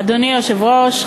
אדוני היושב-ראש,